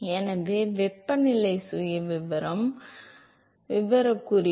எனவே நீங்கள் எப்படி ஒரே வெப்பநிலை சுயவிவரத்தை வைத்திருக்க முடியும்